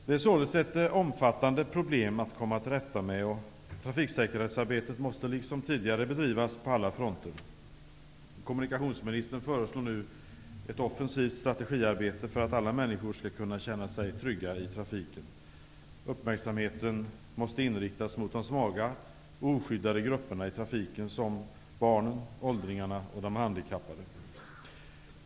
Det är således ett omfattande problem att komma till rätta med, och trafiksäkerhetsarbetet måste liksom tidigare bedrivas på alla fronter. Kommunikationsministern föreslår nu ett offensivt strategiarbete för att alla människor skall kunna känna sig trygga i trafiken. Uppmärksamheten måste inriktas mot de svaga och oskyddade grupperna i trafiken, såsom barnen, åldringarna och de handikappade.